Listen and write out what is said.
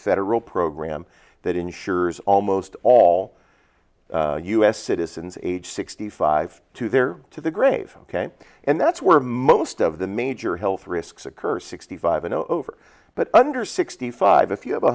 federal program that ensures almost all u s citizens age sixty five to their to the grave and that's where most of the major health risks occur sixty five and over but under sixty five if you have